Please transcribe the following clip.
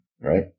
Right